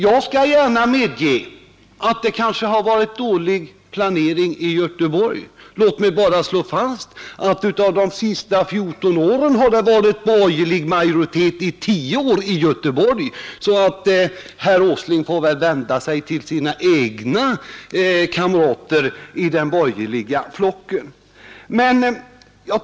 Jag skall gärna medge att planeringen kanske har varit dålig i Göteborg. Men låt mig då slå fast att på de senaste 14 åren har det i Göteborg varit borgerlig majoritet under 10 år. Därför får väl herr Åsling vända sig till sina egna kamrater i den borgerliga flocken i detta fall.